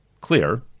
clear